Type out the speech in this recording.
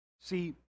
See